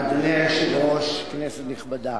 אדוני היושב-ראש, כנסת נכבדה,